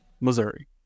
missouri